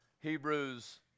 Hebrews